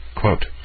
quote